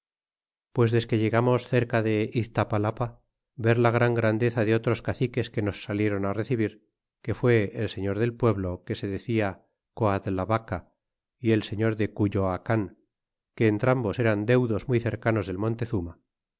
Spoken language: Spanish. pues desque llegamos cerca de iztapalapa ver la grandeza de otros caciques que nos saliéron recibir que fue el señor del pueblo que se decia coadlavaca y el señor de cuyoacan que entrambos eran deudos muy cercanos del montezuma